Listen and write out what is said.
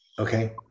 Okay